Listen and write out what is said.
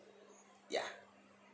ya